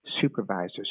supervisors